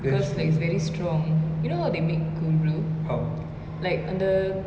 because like it's very strong you know how they make cold brew like அந்த:antha